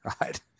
right